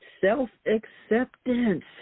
Self-acceptance